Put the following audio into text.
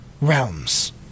realms